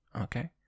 Okay